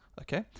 Okay